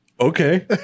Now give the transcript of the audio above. Okay